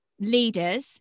leaders